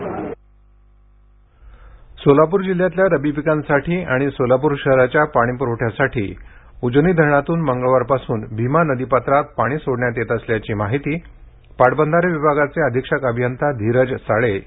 उजनी धरण सोलापूर जिल्ह्यातल्या रब्बी पीकांसाठी आणि सोलापूर शहराच्या पाणीपुरवठ्यासाठी उजनी धरणातून मंगळवारपासून भिमा नदीपात्रात पाणी सोडण्यात येत असल्याची माहिती पाटबंधारे विभागाचे अधीक्षक अभियंता धीरज साळे यांनी दिली आहे